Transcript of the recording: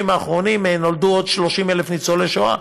האחרונים נולדו עוד 30,000 ניצולי שואה.